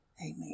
Amen